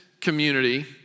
community